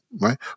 right